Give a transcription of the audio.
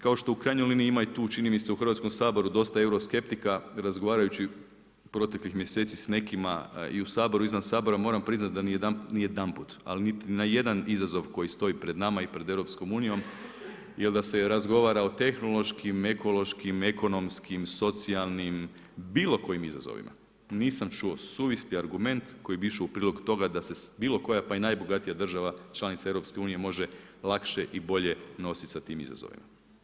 Kao što u krajnjoj liji ima i tu čini mi se u Hrvatskom saboru dosta euroskeptika, razgovarajući proteklih mjeseci s nekima i u Saboru, izvan Sabora, moram priznati da ni jedanput, ali niti na jedan izazov koji stoji pred nama i pred EU jer da se razgovara o tehnološkim, ekološkim, ekonomskih, socijalnim, bilo kojim izazovima, nisam čuo suvisli argument koji bi išao u prilog toga da se bilo koja pa i najbogatija država članica EU može lakše i bolje nositi sa tim izazovima.